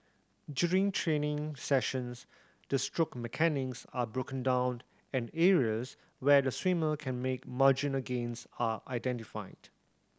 during training sessions the stroke are broken down and areas where the swimmer can make marginal gains are identified